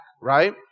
right